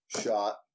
shot